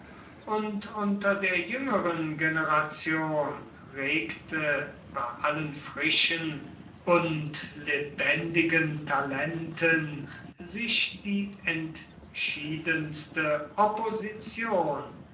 und unter der jüngeren generation regte bei allen frischen und lebendigen talenten sich die entschiedenste opposition